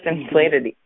inflated